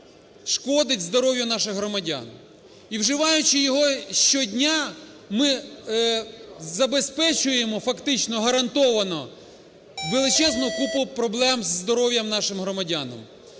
шкодить здоров'ю наших громадян. І вживаючи його щодня, ми забезпечуємо фактично гарантовано величезну купу проблем з здоров'ям нашим громадянам.